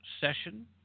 session